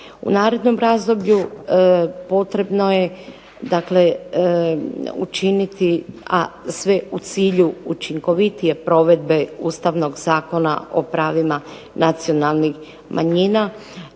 U narednom razdoblju potrebno je dakle učiniti, a sve u cilju učinkovitije provedbe Ustavnog zakona o pravima nacionalnih manjina